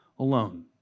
alone